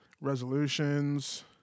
resolutions